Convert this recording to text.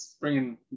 bringing